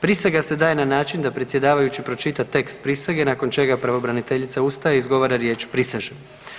Prisega se daje na način da predsjedavajući pročita tekst prisege nakon čega pravobraniteljica ustaje i izgovara riječ „prisežem“